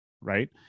right